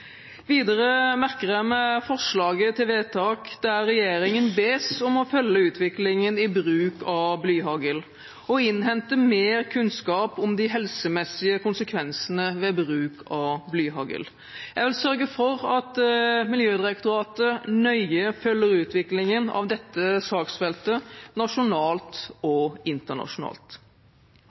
Videre merker jeg meg forslaget til vedtak, der regjeringen bes om å følge utviklingen i bruk av blyhagl, og innhente mer kunnskap om de helsemessige konsekvensene ved bruk av blyhagl. Jeg vil sørge for at Miljødirektoratet nøye følger utviklingen av dette saksfeltet nasjonalt